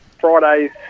Friday's